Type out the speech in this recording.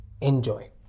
enjoy